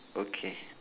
okay